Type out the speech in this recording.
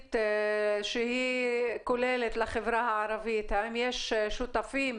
תוכנית שהיא כוללת לחברה הערבית, האם יש שותפים